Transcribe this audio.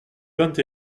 vingt